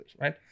right